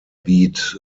beat